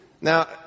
Now